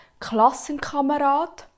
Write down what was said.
Klassenkamerad